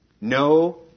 no